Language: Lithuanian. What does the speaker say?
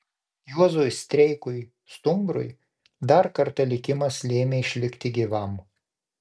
juozui streikui stumbrui dar kartą likimas lėmė išlikti gyvam